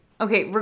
Okay